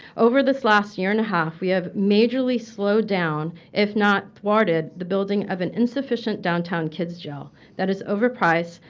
over this last year and a half, we have majorly slowed down, if not thwarted, the building of an insufficient downtown kids jail that is overpriced,